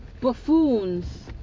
buffoons